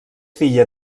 filla